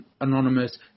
anonymous